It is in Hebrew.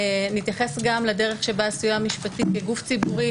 נתייחס גם לדרך שבה הסיוע המשפטי כגוף ציבורי